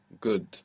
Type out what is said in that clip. Good